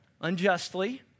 unjustly